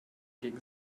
gegen